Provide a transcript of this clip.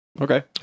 Okay